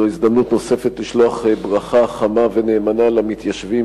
זו הזדמנות נוספת לשלוח ברכה חמה ונאמנה למתיישבים,